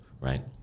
right